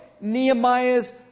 Nehemiah's